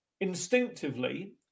instinctively